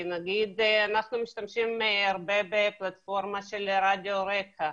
כי נגיד אנחנו משתמשים הרבה בפלטפורמה של רדיו רק"ע,